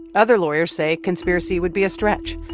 other lawyers say conspiracy would be a stretch,